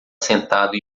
sentado